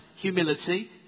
humility